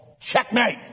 checkmate